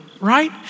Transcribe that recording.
right